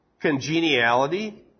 congeniality